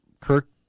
Kirk